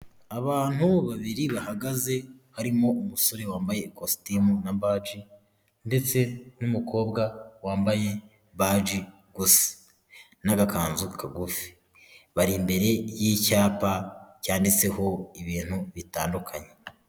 Abantu babiri bahagaze harimo umusore wambaye ikositimu na baji ndetse n'umukobwa wambaye baji gusa n'agakanzu kagufi bari imbere y'icyapa cyanditseho ibintu bitandukanye.